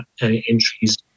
entries